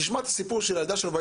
תשמע את הסיפור של הילדה שלו.